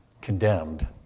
condemned